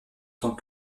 tant